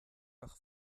par